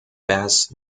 bas